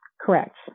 Correct